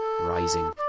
Rising